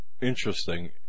Interesting